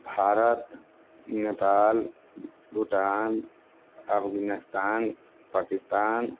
Bharat Nepal Bhutan Afghanistan Pakistan